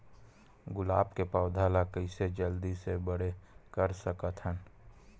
गुलाब के पौधा ल कइसे जल्दी से बड़े कर सकथन?